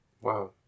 Wow